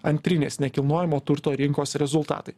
antrinės nekilnojamo turto rinkos rezultatai